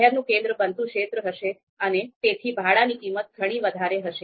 શહેરનું કેન્દ્ર બનતું ક્ષેત્ર હશે અને તેથી ભાડાની કિંમત ઘણી વધારે હશે